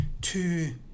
two